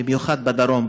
במיוחד בדרום,